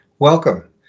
Welcome